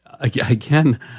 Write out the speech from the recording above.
Again